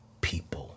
people